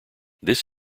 this